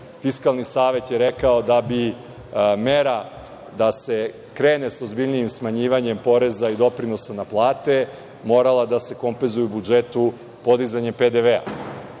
Fiskalni savet je rekao da bi mera da se krene sa ozbiljnijim smanjivanjem poreza i doprinosa na plate morala da se kompenzuje u budžetu podizanjem PDV-a.